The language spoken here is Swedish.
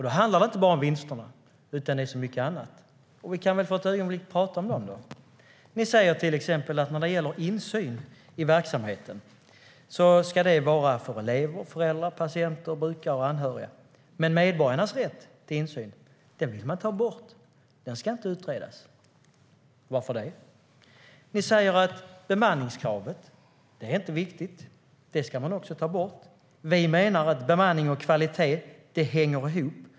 Det handlar inte bara om vinsterna utan om så mycket annat. Vi kan för ett ögonblick tala om det. Ni säger till exempel att när det gäller insyn i verksamheten ska det vara för elever, föräldrar, patienter, brukare och anhöriga. Men medborgarnas rätt till insyn vill man ta bort. Den ska inte utredas. Varför det? Ni säger att bemanningskravet inte är viktigt. Det ska man också ta bort. Vi menar att bemanning och kvalitet hänger ihop.